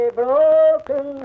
broken